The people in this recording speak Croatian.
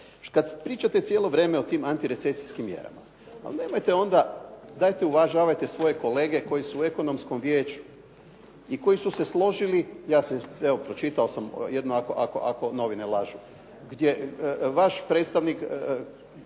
Kad pričate cijelo vrijeme o tim antirecesijskim mjerama, ali nemojte onda, dajte uvažavajte svoje kolege koji su u Ekonomskom vijeću i koji su se složili, evo pročitao sam jedno, ako novine lažu gdje vaš predstavnik,